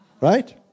Right